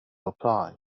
apply